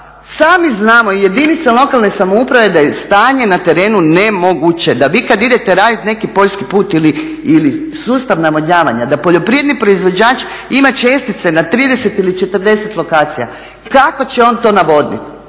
sami znamo i jedinice lokalne samouprave da je stanje na terenu nemoguće, da vi kad idete raditi neki poljski put ili sustav navodnjavanja da poljoprivredni proizvođač ima čestice na 30 ili 40 lokacija. Kako će on to navoditi,